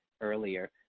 earlier